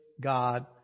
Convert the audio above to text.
God